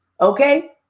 Okay